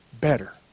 Better